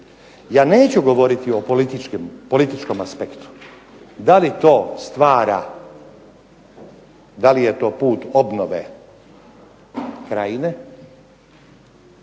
Ja neću govoriti o političkom aspektu, da li to stvara, da li je to put obnove Krajine,